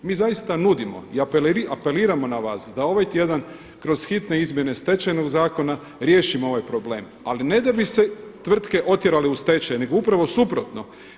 Mi zaista nudimo i apeliramo na vas da ovaj tjedan kroz hitne izmjene Stečajnog zakona riješimo ovaj problem ali ne da bi se tvrtke otjerale u stečaj nego upravo suprotno.